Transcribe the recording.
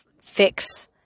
fix